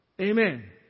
Amen